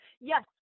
Yes